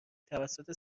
توسط